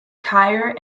tyre